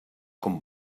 com